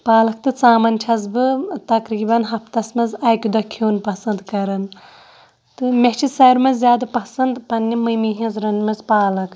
پالک تہٕ ژامَن چھَس بہٕ تقریٖباً ہفتَس منٛز اَکہِ دۄہ کھیوٚن پَسنٛد کَران تہٕ مےٚ چھِ ساروے منٛز زیادٕ پَسنٛد پنٛنہِ مٔمی ہِنٛزۍ رٔنۍمٕژ پالک